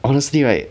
honestly right